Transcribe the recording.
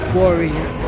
warrior